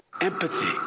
empathy